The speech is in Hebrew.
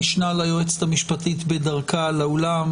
המשנה ליועצת המשפטית בדרכה לאולם,